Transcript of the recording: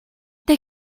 they